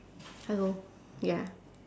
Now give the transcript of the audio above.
hello ya